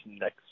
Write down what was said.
next